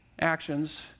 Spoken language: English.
actions